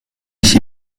ich